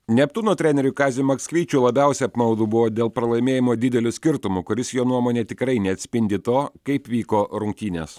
neptūno treneriui kaziui maksvyčiui labiausia apmaudu buvo dėl pralaimėjimo dideliu skirtumu kuris jo nuomone tikrai neatspindi to kaip vyko rungtynės